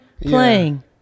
playing